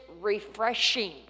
refreshing